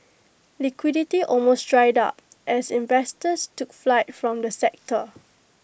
liquidity almost dried up as investors took flight from the sector